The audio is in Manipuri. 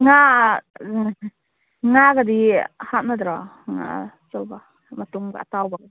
ꯉꯥ ꯉꯥꯒꯗꯤ ꯍꯥꯞꯅꯗ꯭ꯔꯣ ꯉꯥ ꯑꯆꯧꯕ ꯃꯇꯨꯝꯒ ꯑꯇꯥꯎꯕꯒ